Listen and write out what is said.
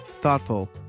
thoughtful